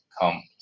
come